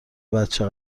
بچه